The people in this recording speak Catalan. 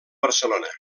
barcelona